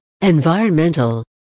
environmental